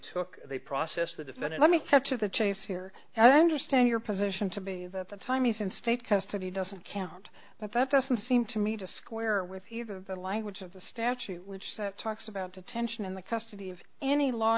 took they processed the defendant let me talk to the chase here and i understand your position to be that the time he's in state custody doesn't count but that doesn't seem to me to square with either the language of the statute which talks about detention in the custody of any law